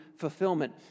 fulfillment